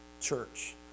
church